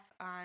on